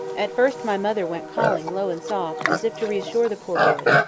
at first, my mother went calling low and soft, as if to reassure the poor boy,